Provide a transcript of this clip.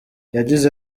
yagize